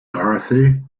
dorothy